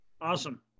Awesome